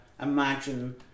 imagine